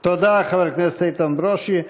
תודה, חבר הכנסת איתן ברושי.